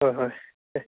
ꯍꯣꯏ ꯍꯣꯏ ꯍꯣꯏ